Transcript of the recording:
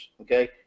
okay